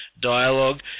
dialogue